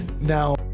now